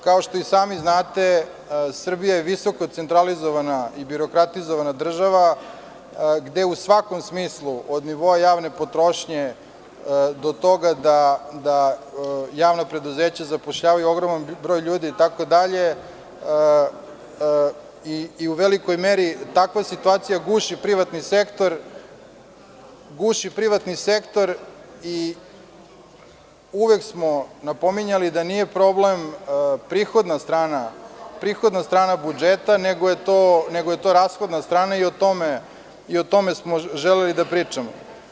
Kao što i sami znate, Srbija je visoko centralizovana i birokratizovana država, gde u svakom smislu, od nivoa javne potrošnje do toga da javna preduzeća zapošljavaju ogroman broj ljudi itd, i u velikoj meri takva situacija guši privatni sektor i uvek smo napominjali da nije problem prihodna strana budžeta, nego je to rashodna strana i o tome smo želeli da pričamo.